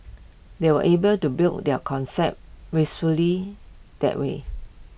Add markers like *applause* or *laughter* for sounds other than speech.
they were able to build their concept *unintelligible* that way